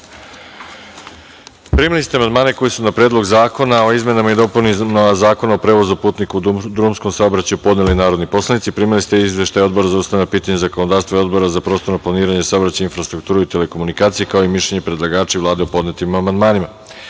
celini. Primili ste amandmane koji su na Predlog zakona o izmenama i dopunama Zakona o prevozu putnika u drumskom saobraćaju podneli narodni poslanici. Primili ste izveštaj Odbora za ustavna pitanja i zakonodavstvo i Odbora za prostorno planiranje, saobraćaj, infrastrukturu i telekomunikacije, kao i mišljenje predlagača i Vlade o podnetim amandmanima. Pošto